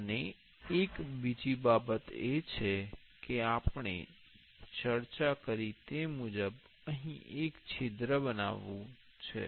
અને એક બીજી બાબત એ છે કે આપણે ચર્ચા કરી તે મુજબ અહીં એક છિદ્ર બનાવવું છે